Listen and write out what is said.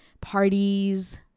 parties